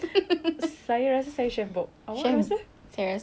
awak chef wan saya rasa saya tak mampu